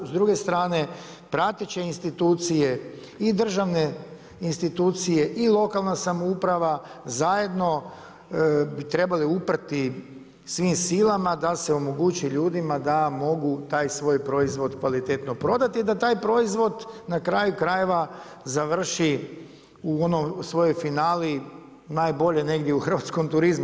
S druge strane pratiti će institucije i državne institucije i lokalna samouprava, zajedno bi trebale uprti svim silama da se omogući ljudima da mogu taj svoj proizvod kvalitetno prodati i da taj proizvod na kraju krajeva završi u svojoj finali najbolje negdje u hrvatskom turizmu.